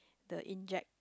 the inject